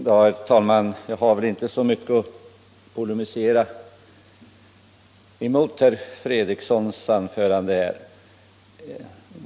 Herr talman! Det fanns inte mycket att polemisera mot i herr Fredrikssons anförande.